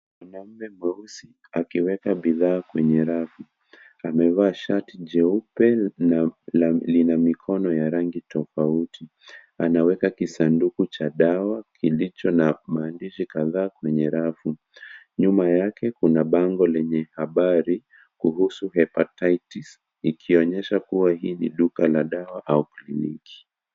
Mwanaume mweusi akiweka bidhaa kwenye rafu. Amevaa shati jeupe na lina mikono ya rangi tofauti. Anaweka kisanduku cha dawa kilicho na maandishi kadhaa kwenye rafu. Nyuma yake kuna bango lenye habari kuhusu Hepatitis, ikionyesha kuwa hii ni Duka la dawa au kliniki.